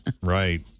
Right